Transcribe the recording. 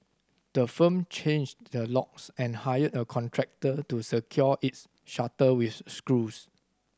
the firm changed the locks and hired a contractor to secure its shutter with screws